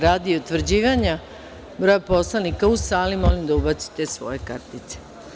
Radi utvrđivanja broja narodnih poslanika prisutnih u sali, molim da ubacite svoje kartice.